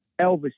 Elvis